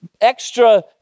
extra